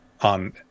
on